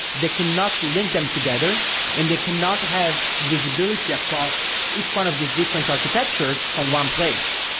they cannot link them together and they cannot have visibility across each one of these different architectures from one place.